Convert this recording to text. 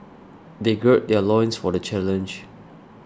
they gird their loins for the challenge